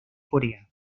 corea